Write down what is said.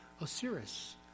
Osiris